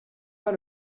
pas